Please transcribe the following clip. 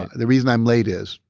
the reason i'm late is,